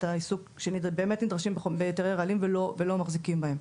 העיסוק שבאמת נדרשים בהיתרי רעלים ולא מחזיקים בהם.